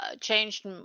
changed